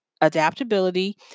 adaptability